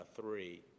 three